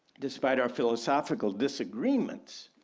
despite our philosophical disagreements